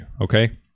Okay